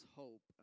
hope